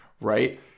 right